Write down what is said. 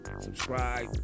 subscribe